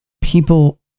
people